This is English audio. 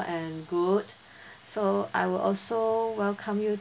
and good so I will also welcome you